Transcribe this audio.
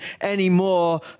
anymore